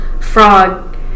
frog